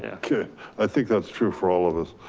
yeah i think that's true for all of us.